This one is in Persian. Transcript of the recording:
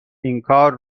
اینکار